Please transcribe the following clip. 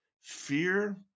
Fear